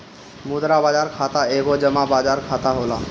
मुद्रा बाजार खाता एगो जमा बाजार खाता होला